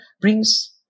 brings